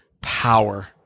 power